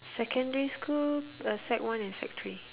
secondary school uh sec one and sec three